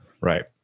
Right